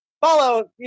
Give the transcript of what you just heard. follow